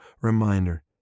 reminder